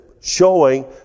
showing